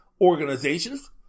organizations